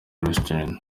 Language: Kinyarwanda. restaurant